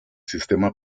sistema